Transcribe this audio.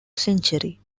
century